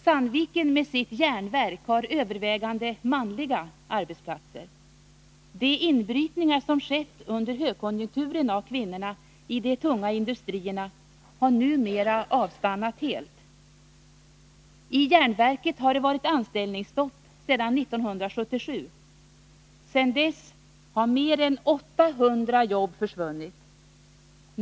Sandviken med sitt järnverk har övervägande manliga arbetsplatser. De inbrytningar i de tunga industrierna som kvinnorna gjort under högkonjunkturen har numera avstannat helt. I järnverket har det varit anställningsstopp sedan 1977. Sedan dess har mer än 800 jobb försvunnit.